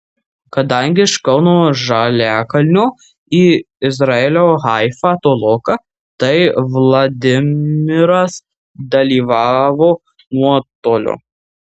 kadangi iš kauno žaliakalnio į izraelio haifą toloka tai vladimiras dalyvavo nuotoliu